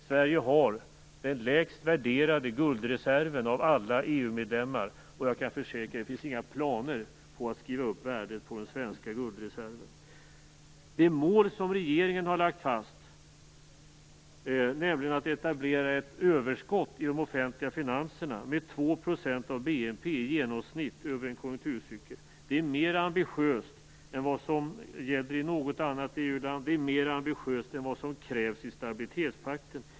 Sverige har den lägst värderade guldreserven av alla EU-medlemmar, och jag kan försäkra att det inte finns några planer på att skriva upp värdet på den svenska guldreserven. Det mål som regeringen har lagt fast, nämligen att etablera ett överskott i de offentliga finanserna med 2 % av BNP i genomsnitt över en konjunkturcykel, är mer ambitiöst än vad som gäller i något annat EU land, mer ambitiöst än vad som krävs i stabilitetspakten.